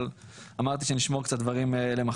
אבל אמרתי שאני אשמור קצת דברים למחר.